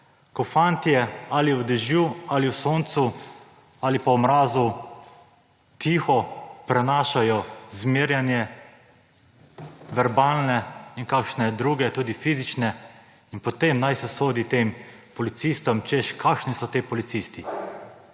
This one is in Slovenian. Ko fantje ali v dežju, ali v soncu, ali pa v mrazu tiho prenašajo zmerjanje, verbalne in kakšne druge tudi, fizične; in potem naj se sodi tem policistom, češ kakšni so ti policisti.